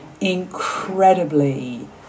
incredibly